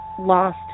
lost